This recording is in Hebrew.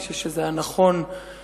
אני חושב שזה היה נכון שהחלטנו,